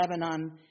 Lebanon